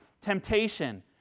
temptation